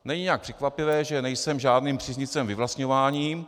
Není nijak překvapivé, že nejsem žádným příznivcem vyvlastňování.